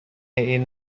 این